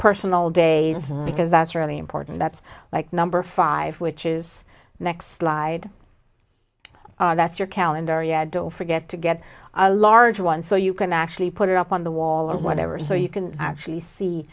personal days because that's really important that's like number five which is next slide that's your calendar yeah don't forget to get a large one so you can actually put it up on the wall or whatever so you can actually see